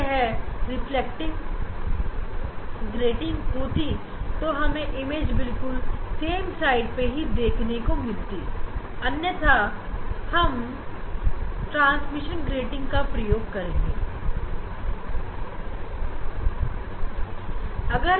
अगर यह reflecting grating होगी तो हमें इमेज भी उसी तरफ दिखेगी लेकिन हम ट्रांसमिशन ग्रेटिंग का प्रयोग करेंगे